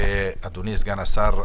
אדוני סגן השר,